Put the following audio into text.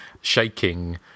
shaking